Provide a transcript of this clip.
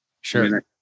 Sure